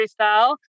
freestyle